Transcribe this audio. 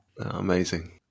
amazing